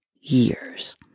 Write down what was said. years